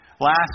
last